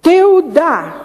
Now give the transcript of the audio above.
תעודה,